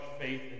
faith